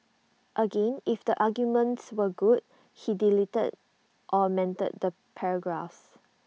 again if the arguments were good he deleted or amended the paragraphs